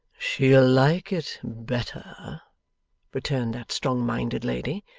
she'll like it better returned that strong-minded lady,